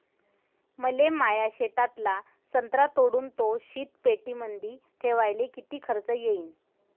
मले माया शेतातला संत्रा तोडून तो शीतपेटीमंदी ठेवायले किती खर्च येईन?